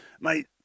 mate